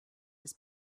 his